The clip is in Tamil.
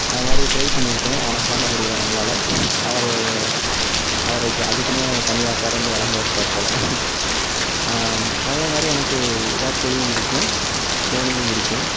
அந்தமாதிரி ட்ரைப் பண்ணியிருக்கேன் ஆனால் பண்ணமுடியலை நம்மளால் அவர் அவருக்கு அதுக்குனே தனியாக பிறந்து வளந்திருப்பார் போல் அதேமாதிரி எனக்கு விராட்கோலியும் பிடிக்கும் டோனியும் பிடிக்கும்